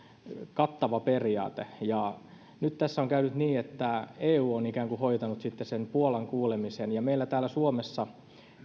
kattava periaate nyt tässä on käynyt niin että eu on ikään kuin hoitanut sen puolan kuulemisen ja meillä täällä suomessa